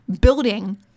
building